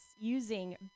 using